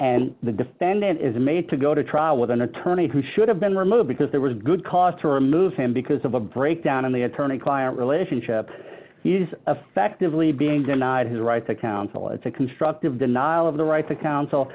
and the defendant is made to go to trial with an attorney who should have been removed because there was good cause to remove him because of a breakdown in the attorney client relationship he is effectively being denied his right to counsel it's a constructive denial of the right to counsel